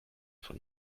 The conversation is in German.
von